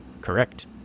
Correct